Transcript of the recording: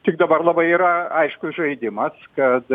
tik dabar labai yra aiškus žaidimas kad